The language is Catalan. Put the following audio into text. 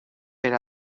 per